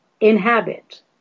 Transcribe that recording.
inhabit